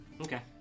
Okay